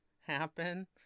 happen